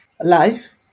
life